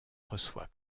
reçoit